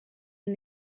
and